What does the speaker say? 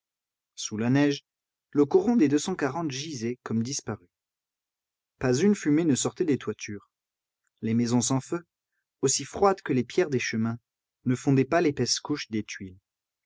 sous la neige le coron des deux cent quarante gisait comme disparu pas une fumée ne sortait des toitures les maisons sans feu aussi froides que les pierres des chemins ne fondaient pas l'épaisse couche des tuiles